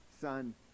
son